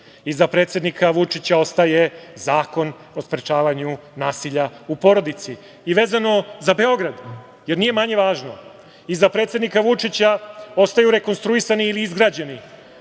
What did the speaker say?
Iza predsednika Vučića ostaje Zakon o sprečavanju nasilja u porodici.I vezano za Beograd, jer nije manje važno, iza predsednika Vučića ostaju rekonstruisani ili izgrađeni: